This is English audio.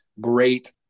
great